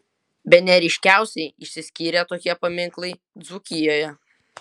bene ryškiausiai išsiskyrė tokie paminklai dzūkijoje